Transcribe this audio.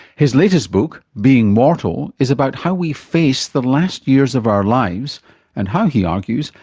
his latest book, being mortal, is about how we face the last years of our lives and how, he argues,